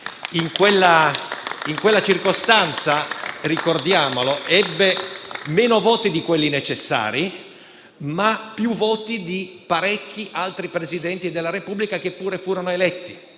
In quella circostanza - ricordiamolo - ebbe meno voti di quelli necessari, ma più voti di parecchi altri Presidenti della Repubblica che pure furono eletti.